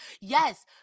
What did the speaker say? Yes